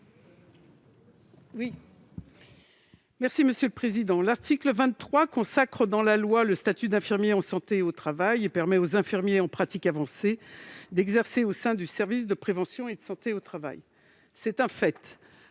Mme Raymonde Poncet Monge. L'article 23 consacre dans la loi le statut d'infirmier de santé au travail et permet aux infirmiers en pratique avancée d'exercer au sein du service de prévention et de santé au travail. L'exercice